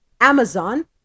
Amazon